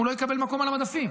הוא לא יקבל מקום על המדפים,